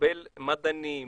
לקבל מדענים,